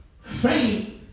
Faith